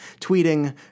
tweeting